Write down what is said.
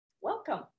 Welcome